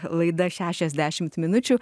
laida šešiasdešimt minučių